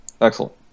Excellent